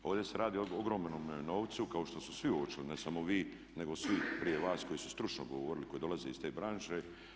Ovdje se radi o ogromnom novcu, kao što su svi uočili, ne samo vi nego svi prije vas koji su stručno govorili i koji dolaze iz te branše.